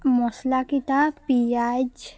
মছলাকেইটা পিঁয়াজ